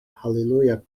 hallelujah